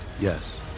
Yes